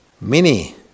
mini